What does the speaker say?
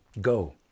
Go